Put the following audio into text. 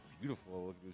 beautiful